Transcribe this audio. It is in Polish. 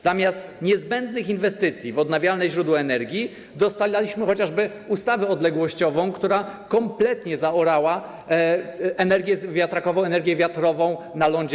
Zamiast niezbędnych inwestycji w odnawialne źródła energii dostaliśmy chociażby ustawę odległościową, która kompletnie zaorała w Polsce energię wiatrakową, energię wiatrową na lądzie.